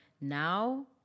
now